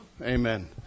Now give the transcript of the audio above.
Amen